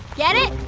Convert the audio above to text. get it?